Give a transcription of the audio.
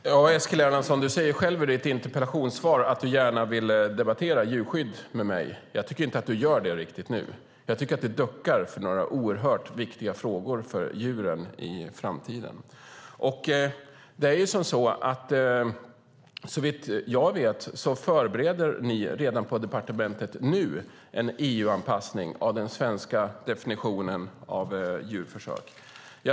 Fru talman! Eskil Erlandsson säger i sitt interpellationssvar att han gärna vill debattera djurskydd med mig. Jag tycker inte att du gör det nu, Eskil Erlandsson. Jag tycker att du duckar för några oerhört viktiga frågor för djuren i framtiden. Såvitt jag vet förbereder ni på departementet redan nu en EU-anpassning av den svenska definitionen av djurförsök.